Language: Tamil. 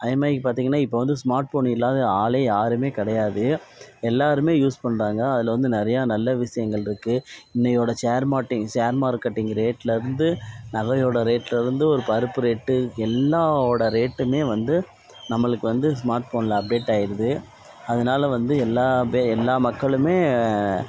அதேமாதிரிக்கி பார்த்திங்கனா இப்போ வந்து ஸ்மார்ட் ஃபோன் இல்லாத ஆளே யாருமே கிடையாது எல்லாருமே யூஸ் பண்ணுறாங்க அதில் வந்து நிறைய நல்ல விசயங்கள் இருக்குது இன்னையோட சேர் மார்க்கெட்டிங்க் சேர் மார்க்கெட்டிங்க் ரேட்ல வந்து நகையோட ரேட்ல இருந்து பருப்பு ரேட் எல்லாவோட ரேட்டுமே வந்து நம்மளுக்கு வந்து ஸ்மார்ட் ஃபோன்ல அப்டேட் ஆயிடுது அதனால வந்து எல்லா பே எல்லா மக்களுமே